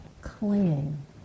clinging